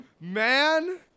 man